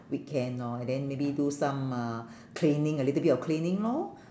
weekend lor and then maybe do some uh cleaning a little bit of cleaning lor